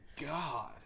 god